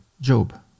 Job